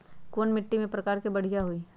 कोन मिट्टी के प्रकार बढ़िया हई?